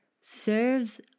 serves